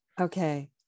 okay